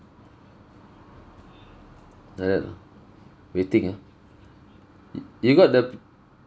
like that ah waiting ah y~ you got the